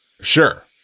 Sure